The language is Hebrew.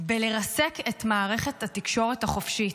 בלרסק את מערכת התקשורת החופשית.